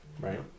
Right